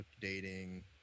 dating